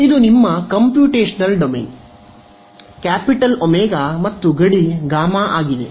ಆದ್ದರಿಂದ ಇದು ನಿಮ್ಮ ಕಂಪ್ಯೂಟೇಶನಲ್ ಡೊಮೇನ್ ಕ್ಯಾಪಿಟಲ್ ಒಮೆಗಾ ಮತ್ತು ಗಡಿ ಗಾಮಾ ಆಗಿದೆ